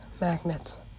magnets